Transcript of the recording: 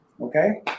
okay